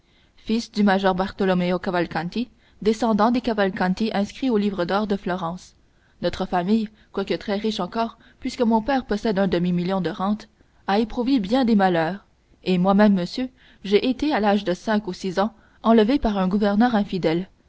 fils du major bartolomeo cavalcanti descendant des cavalcanti inscrits au livre d'or de florence notre famille quoique très riche encore puisque mon père possède un demi-million de rente a éprouvé bien des malheurs et moi-même monsieur j'ai été à l'âge de cinq ou six ans enlevé par un gouverneur infidèle